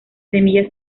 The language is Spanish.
semillas